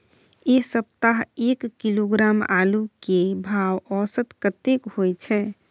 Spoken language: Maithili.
ऐ सप्ताह एक किलोग्राम आलू के भाव औसत कतेक होय छै?